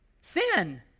Sin